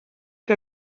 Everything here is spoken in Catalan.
que